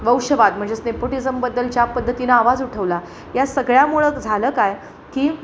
वंशवाद म्हणजेच नेपोटिजमबद्दल ज्या पद्धतीने आवाज उठवला या सगळ्यामुळं झालं काय की